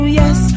yes